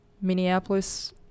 minneapolis